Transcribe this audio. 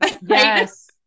Yes